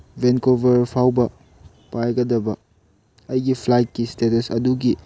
Vancouver ꯐꯥꯎꯕ ꯄꯥꯏꯒꯗꯕ ꯑꯩꯒꯤ ꯐ꯭ꯂꯥꯏꯗꯀꯤ ꯁ꯭ꯇꯦꯇꯁ ꯑꯗꯨꯒꯤ